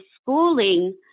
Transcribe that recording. schooling